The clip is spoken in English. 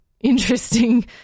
interesting